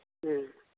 ꯎꯝ